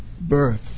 birth